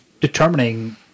determining